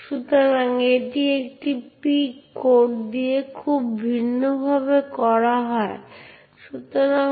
সুতরাং এটি আপনার চিন্তা করার জন্য পাসওয়ার্ড হল একটি কমান্ড যা ব্যবহারকারীর দ্বারা তার পাসওয়ার্ড পরিবর্তন করার জন্য চালানো হয়